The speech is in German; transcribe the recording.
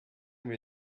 mir